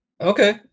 okay